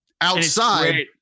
Outside